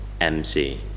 MC